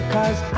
Cause